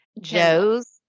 Joe's